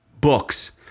books